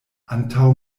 antaŭ